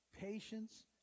patience